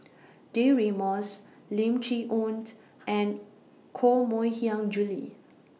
Deirdre Moss Lim Chee Onn and Koh Mui Hiang Julie